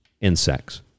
insects